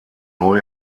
neu